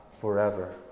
forever